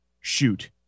shoot